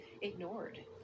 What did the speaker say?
ignored